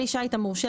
כלי שיט המורשה,